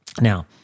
Now